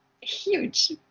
huge